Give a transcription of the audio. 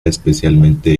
especialmente